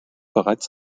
bereits